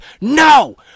no